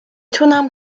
تونم